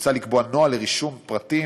מוצע לקבוע נוהל לרישום פרטים,